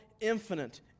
infinite